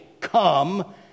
come